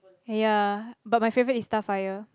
ya but my favourite is Starfire